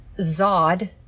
Zod